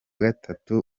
gatatu